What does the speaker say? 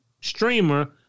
Streamer